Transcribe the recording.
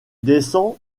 descend